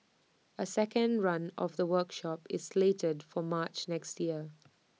A second run of the workshop is slated for March next year